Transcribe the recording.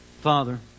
Father